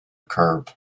curb